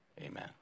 Amen